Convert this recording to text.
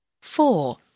Four